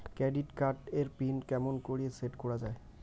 Credit card এর PIN কেমন করি সেট করা য়ায়?